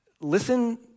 Listen